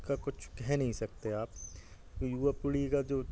का कुछ कह नहीं सकते आप तो युवा पीढ़ी का जो